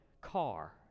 car